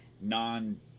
non